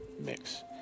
mix